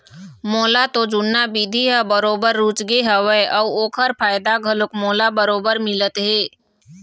मोला तो जुन्ना बिधि ह बरोबर रुचगे हवय अउ ओखर फायदा घलोक मोला बरोबर मिलत हे